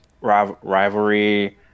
rivalry